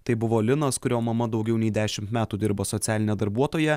tai buvo linas kurio mama daugiau nei dešimt metų dirba socialine darbuotoja